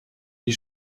die